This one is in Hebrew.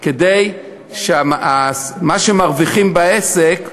כדי שמה שמרוויחים בעסק,